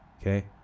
okay